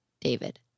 david